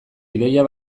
ideia